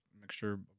mixture